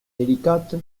délicate